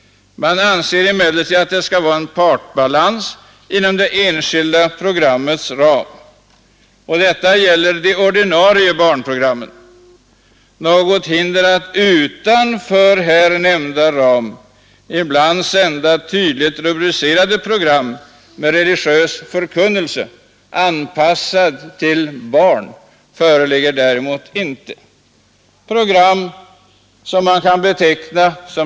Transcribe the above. Man anser emellertid att det skall vara en partbalans inom det enskilda programmets ram. Detta gäller de ordinarie barnprogrammen. Något hinder att utanför här nämnda ram ibland sända tydligt rubricerade program med religiös förkunnelse anpassad till barn föreligger däremot inte.